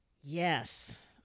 Yes